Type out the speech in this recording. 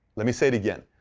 let me say it again.